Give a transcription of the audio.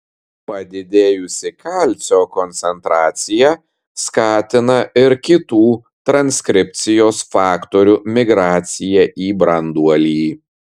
padidėjusi kalcio koncentracija skatina ir kitų transkripcijos faktorių migraciją į branduolį